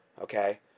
Okay